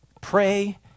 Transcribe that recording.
pray